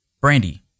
Brandy